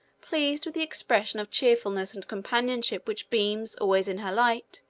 pleased with the expression of cheerfulness and companionship which beams always in her light,